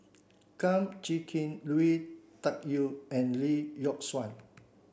Kum Chee Kin Lui Tuck Yew and Lee Yock Suan